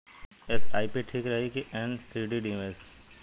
SIP ठीक रही कि एन.सी.डी निवेश?